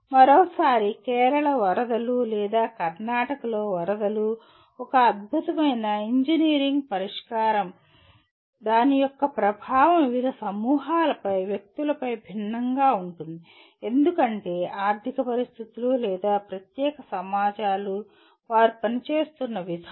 మరోసారి కేరళ వరదలు లేదా కర్ణాటకలో వరదలు ఒక అద్భుతమైన ఇంజనీరింగ్ పరిష్కారం యొక్క ప్రభావం వివిధ సమూహాల వ్యక్తులపై భిన్నంగా ఉంటుంది ఎందుకంటే ఆర్థిక పరిస్థితులు లేదా ప్రత్యేక సమాజాలు వారు పనిచేస్తున్న విధానం